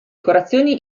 decorazioni